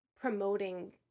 promoting